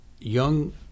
young